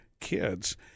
kids